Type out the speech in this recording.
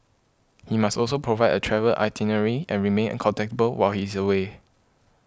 he must also provide a travel itinerary and remain contactable while he's away